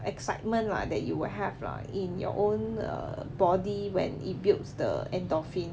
excitement lah that you will have lah in your own err body when it builds the endorphin